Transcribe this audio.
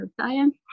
Science